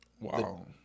Wow